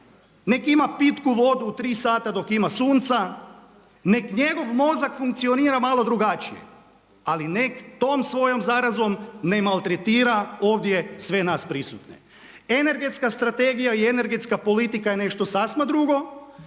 nek' ima pitku vodu u tri sata dok ima sunca, nek' njegov mozak funkcionira drugačije ali nek' tom svojom zarazom ne maltretira ovdje sve nas prisutne. Energetska strategija i energetska politika je nešto sasma drugo.